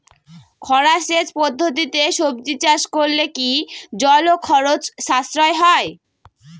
খরা সেচ পদ্ধতিতে সবজি চাষ করলে কি জল ও খরচ সাশ্রয় হয়?